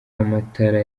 amatara